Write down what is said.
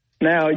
Now